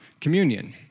communion